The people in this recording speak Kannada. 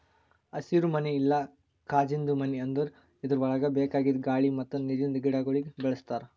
ಹಸಿರುಮನಿ ಇಲ್ಲಾ ಕಾಜಿಂದು ಮನಿ ಅಂದುರ್ ಇದುರ್ ಒಳಗ್ ಬೇಕಾಗಿದ್ ಗಾಳಿ ಮತ್ತ್ ನೀರಿಂದ ಗಿಡಗೊಳಿಗ್ ಬೆಳಿಸ್ತಾರ್